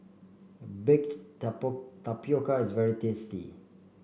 Baked Tapioca is very tasty